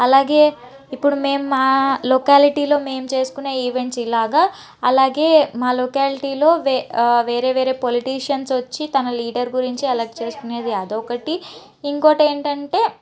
అలాగే ఇప్పుడు మేము మా లొకాలిటీలో మేము చేస్కునే ఈవెంట్స్ ఇలాగా అలాగే మా లోకాలిటీలో వేరే వేరే పొలిటిషియన్స్ వచ్చి తన లీడర్ గురించి అలట్ చేసుకునేది అదొకటి ఇంకోటేంటంటే